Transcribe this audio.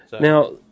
now